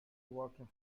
working